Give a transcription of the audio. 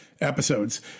episodes